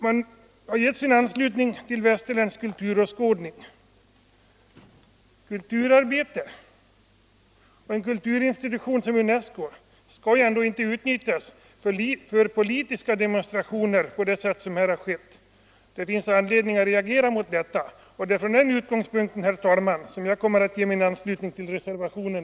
Man har givit sin anslutning till västerländsk kulturåskådning. Kulturarbetet och en kulturinstitution som UNESCO skall ju ändå inte utnyttjas för politiska demonstrationer på det sätt som skett. Det finns anledning att reagera här. Och, herr talman, det är från den utgångspunkten som jag i dag kommer att ge min anslutning till reservationen.